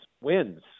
wins